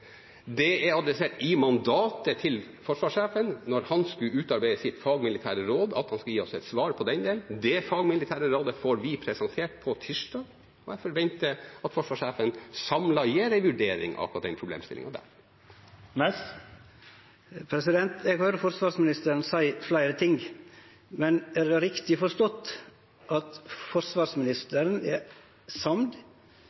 Det ble adressert i mandatet til forsvarssjefen da han skulle utarbeide sitt fagmilitære råd, at han skulle gi oss svar på den delen. Det fagmilitære rådet får vi presentert på tirsdag, og jeg forventer at forsvarssjefen samlet gir en vurdering av akkurat den problemstillingen. Eg høyrer forsvarsministeren seie fleire ting, men er det riktig forstått at